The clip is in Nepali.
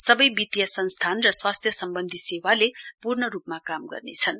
सवै वित्तीय संस्थान र स्वास्थ्य सम्वन्धी सेवाले पूरण रूपमा काम गर्नेछन्